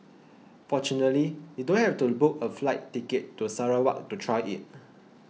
fortunately you don't have to book a flight ticket to Sarawak to try it